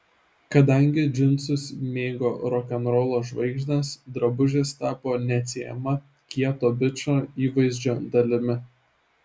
kadangi džinsus mėgo rokenrolo žvaigždės drabužis tapo neatsiejama kieto bičo įvaizdžio dalimi